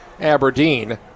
Aberdeen